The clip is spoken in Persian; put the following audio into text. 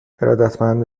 ارادتمند